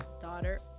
daughter